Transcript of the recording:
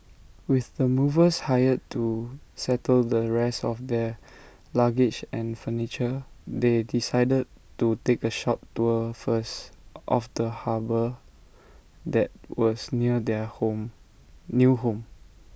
with the movers hired to settle the rest of their luggage and furniture they decided to take A short tour first of the harbour that was near their home new home